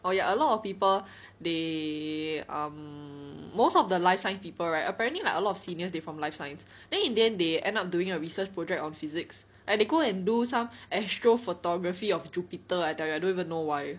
oh ya a lot of people they um most of the life science people right apparently like a lot of seniors they from life science then in the end they end up doing a research project on physics like they go and do some astrophotography of Jupiter I tell you I don't even know why